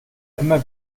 immer